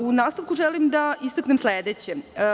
U nastavku želim da istaknem sledeće.